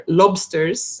lobsters